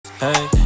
Hey